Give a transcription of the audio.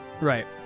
Right